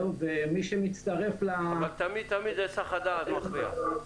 ומי שמצטרף ל- -- אבל תמיד תמיד היסח הדעת מפריע.